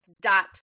dot